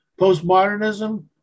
postmodernism